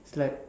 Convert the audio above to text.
it's like